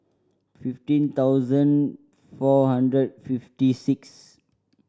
fifteen thousand four hundred fifty six